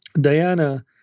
Diana